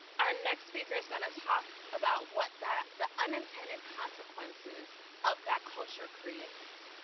our next speaker is going to talk about what that the unintended consequences of that culture creates.